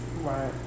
Right